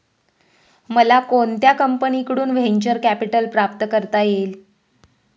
मला कोणत्या कंपनीकडून व्हेंचर कॅपिटल प्राप्त करता येईल?